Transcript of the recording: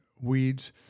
weeds